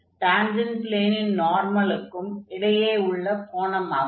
tangent ப்ளேனின் நார்மலுக்கும் இடையே உள்ள கோணம் ஆகும்